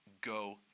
go